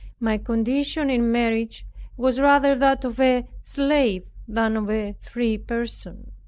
my condition in marriage was rather that of a slave than of a free person.